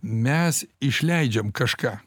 mes išleidžiam kažką